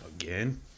again